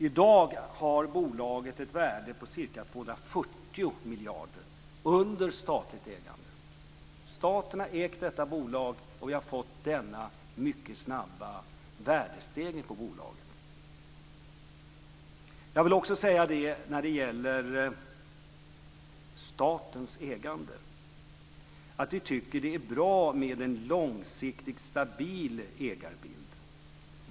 I dag har bolaget ett värde på ca 240 miljarder under statligt ägande. Staten har ägt detta bolag, och vi har fått denna mycket snabba värdestegring på bolaget. När det gäller statens ägande vill jag säga att vi tycker att det är bra med en långsiktig stabil ägarbild.